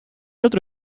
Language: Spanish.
otro